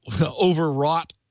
overwrought